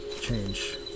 change